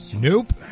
Nope